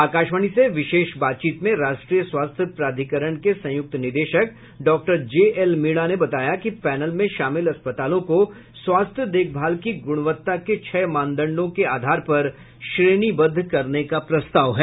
आकाशवाणी से विशेष बातचीत में राष्ट्रीय स्वास्थ्य प्राधिकरण के संयुक्त निदेशक डॉक्टर जे एल मीणा ने बताया कि पैनल में शामिल अस्पतालों को स्वास्थ्य देशभाल की गुणवत्ता के छह मानदंडों के आधार पर श्रेणीबद्ध करने का प्रस्ताव है